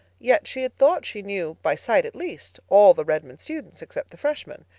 yet she had thought she knew, by sight at least, all the redmond students except the freshmen.